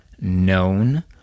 known